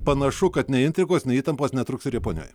panašu kad nei intrigos nei įtampos netrūks ir japonijoj